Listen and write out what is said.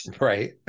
right